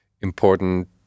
important